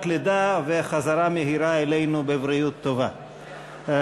לידה וחזרה מהירה אלינו בבריאות טובה.